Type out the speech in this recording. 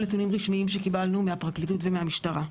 נתונים רשמיים שקיבלנו מהפרקליטות ומהמשטרה.